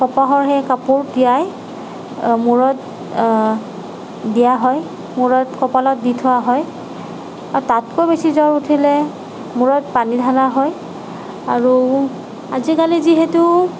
কপাহৰ সেই কাপোৰ তিয়াই মূৰত দিয়া হয় মূৰত কপালত দি থোৱা হয় আৰু তাতকৈ বেছি জ্বৰ উঠিলে মূৰত পানী ঢলা হয় আৰু আজিকালি যিহেতু